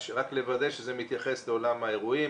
רק לוודא שזה מתייחס לעולם האירועים,